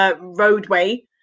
roadway